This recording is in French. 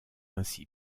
ainsi